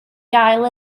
gael